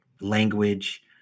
language